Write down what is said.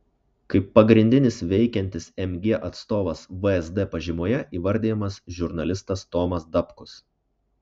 kaip pagrindinis veikiantis mg atstovas vsd pažymoje įvardijamas žurnalistas tomas dapkus